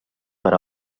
per